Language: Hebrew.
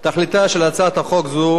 תכליתה של הצעת חוק זו